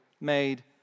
made